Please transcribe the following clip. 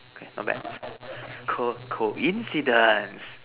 okay not bad co coincidence